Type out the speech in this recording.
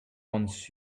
wants